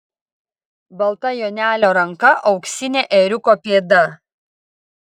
balta jonelio ranka auksinė ėriuko pėda